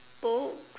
books